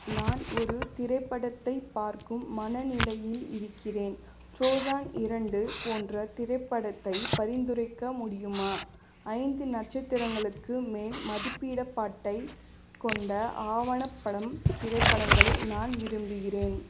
நான் ஒரு திரைப்படத்தை பார்க்கும் மனநிலையில் இருக்கிறேன் ஃப்ரோஸான் இரண்டு போன்ற திரைப்படத்தை பரிந்துரைக்க முடியுமா ஐந்து நட்சத்திரங்களுக்கு மேல் மதிப்பீடைப் பாட்டைக் கொண்ட ஆவணப்படம் திரைப்படங்களை நான் விரும்புகிறேன்